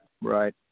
right